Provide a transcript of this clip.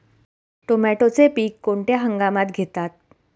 टोमॅटोचे पीक कोणत्या हंगामात घेतात?